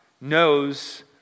knows